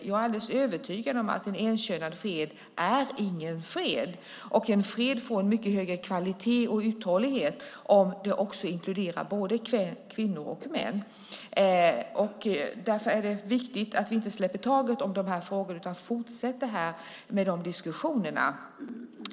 Jag är alldeles övertygad om att en enkönad fred inte är någon fred. En fred får mycket högre kvalitet och uthållighet om den inkluderar både kvinnor och män. Därför är det viktigt att vi inte släpper taget om de här frågorna utan fortsätter med de diskussionerna.